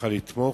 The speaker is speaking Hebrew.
אוכל לתמוך.